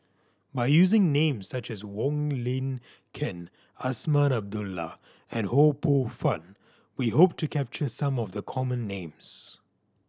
by using names such as Wong Lin Ken Azman Abdullah and Ho Poh Fun we hope to capture some of the common names